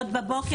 נכון.